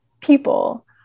people